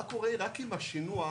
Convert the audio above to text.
אז יחד עם פיקוד העורף